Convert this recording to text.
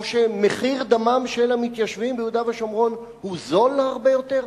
או שמחיר דמם של המתיישבים ביהודה ושומרון הוא זול הרבה יותר?